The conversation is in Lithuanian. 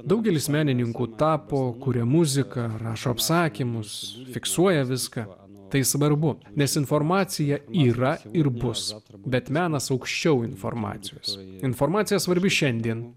daugelis menininkų tapo kuria muziką rašo apsakymus fiksuoja viską tai svarbu nes informacija yra ir bus bet menas aukščiau informacijos informacija svarbi šiandien